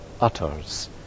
utters